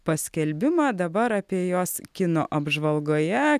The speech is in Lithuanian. paskelbimą dabar apie juos kino apžvalgoje